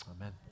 Amen